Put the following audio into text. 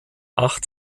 acht